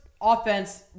offense